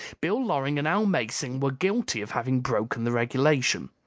bill loring and al mason were guilty of having broken the regulation.